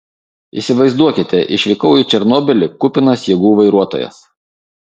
įsivaizduokite išvykau į černobylį kupinas jėgų vairuotojas